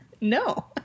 No